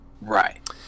right